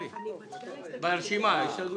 אני רוצה, זכותי,